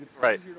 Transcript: Right